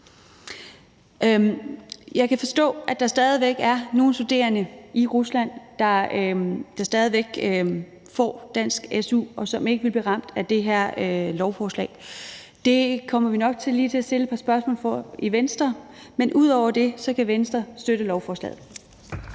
Jeg kan forstå, at der stadig væk er nogle studerende i Rusland, der stadig væk får dansk su, og som ikke vil blive ramt af det her lovforslag. Det kommer vi nok lige til at stille et par spørgsmål om i Venstre, men bortset fra det kan Venstre støtte lovforslaget.